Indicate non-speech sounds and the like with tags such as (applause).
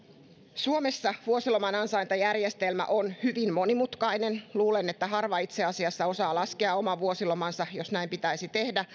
suomessa vuosiloman ansaintajärjestelmä on hyvin monimutkainen luulen että harva itse asiassa osaa laskea oman vuosilomansa jos näin pitäisi tehdä (unintelligible)